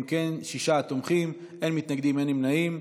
אם כן, שישה תומכים, אין מתנגדים, אין נמנעים.